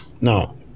now